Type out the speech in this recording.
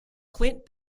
clint